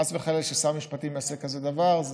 חס וחלילה ששר משפטים יעשה כזה דבר,